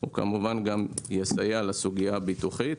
הוא כמובן גם יסייע לסוגיה הביטוחית